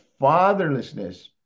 fatherlessness